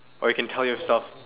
or you can tell yourself